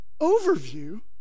overview